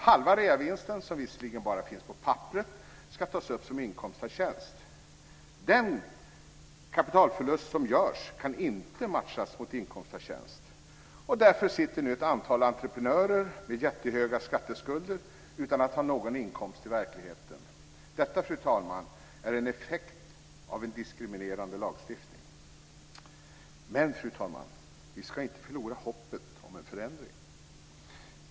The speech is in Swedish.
Halva reavinsten, som visserligen bara finns på papperet, ska tas upp som inkomst av tjänst. Den kapitalförlust som görs kan inte matchas mot inkomst av tjänst. Därför sitter nu ett antal entreprenörer med jättehöga skatteskulder utan att i verkligheten ha någon inkomst. Detta, fru talman, är en effekt av en diskriminerande lagstiftning, men vi ska inte förlora hoppet om en förändring!